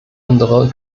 unserer